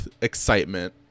excitement